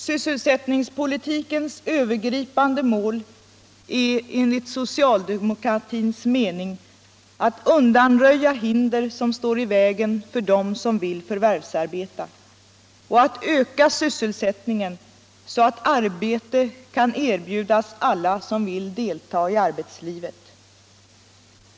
Sysselsättningspolitikens övergripande mål är enligt socialdemokratins mening att undanröja hinder som står i vägen för dem som vill förvärvsarbeta och att öka sysselsättningen, så att arbete kan erbjudas alla som vill delta i arbetslivet.